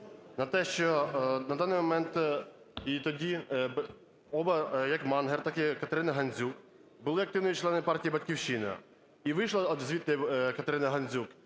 на те, що на даний момент, і тоді обоє, як Мангер, так і Катерина Гандзюк, були активними членами партії "Батьківщина". І вийшла звідти Катерина Гандзюк